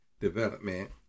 development